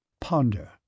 Ponder